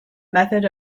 method